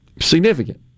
Significant